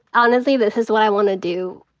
honestly, this is what i wanna do.